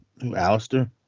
Alistair